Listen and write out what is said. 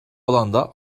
alanda